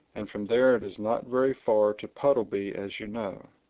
and from there it is not very far to puddleby, as you know.